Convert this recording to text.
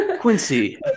Quincy